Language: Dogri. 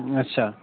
अच्छा